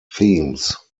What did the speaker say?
themes